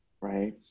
Right